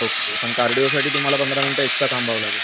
okay पण कार्डिओसाठी तुम्हाला पंधरा मिनिटं एक्स्ट्रा थांबावं लागेल